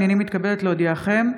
הינני מתכבדת להודיעכם,